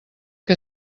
que